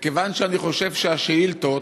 כיוון שאני חושב שהשאילתות